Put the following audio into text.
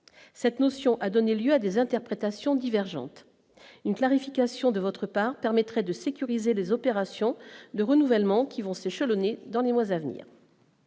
cette notion a donné lieu à des interprétations divergentes une clarification de votre part permettrait de sécuriser les opérations de renouvellement qui vont s'échelonner dans les mois à venir.